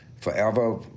forever